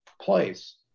place